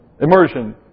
immersion